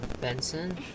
Benson